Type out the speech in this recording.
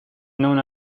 known